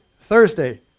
Thursday